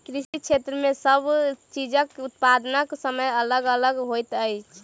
कृषि क्षेत्र मे सब चीजक उत्पादनक समय अलग अलग होइत छै